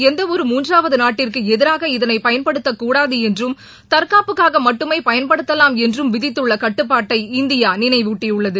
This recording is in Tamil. எந்தவொரு மூன்றாவது நாட்டிற்கு எதிராக இதனை பயன்படுத்தக் கூடாது என்றும் தற்காப்புக்காக மட்டுமே பயன்படுத்தலாம் என்றும் விதித்துள்ள கட்டுப்பாட்டை இந்தியா நினைவூட்டியுள்ளது